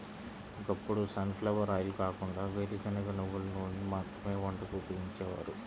ఒకప్పుడు sunflower oil కాకుండా వేరుశనగ, నువ్వుల నూనెను మాత్రమే వంటకు ఉపయోగించేవారు